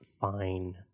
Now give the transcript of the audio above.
fine